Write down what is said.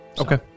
Okay